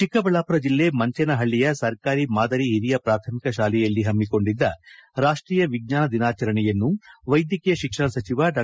ಚಿಕ್ಕಬಳ್ಳಾಪುರ ಜಿಲ್ಲೆ ಮಂಜೇನಪಳ್ಳಿಯ ಸರ್ಕಾರಿ ಮಾದರಿ ಹಿರಿಯ ಪಾಥಮಿಕ ಶಾಲೆಯಲ್ಲಿ ಪಮ್ಮಿಕೊಂಡಿದ್ದ ರಾಷ್ಟೀಯ ವಿಜ್ಞಾನ ದಿನಾಚರಣೆಯನ್ನು ವೈದ್ಯಕೀಯ ಶಿಕ್ಷಣ ಸಚಿವ ಡಾ